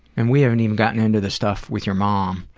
and we haven't even gotten into the stuff with your mom.